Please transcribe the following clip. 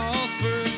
offer